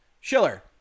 Schiller